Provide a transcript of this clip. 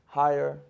higher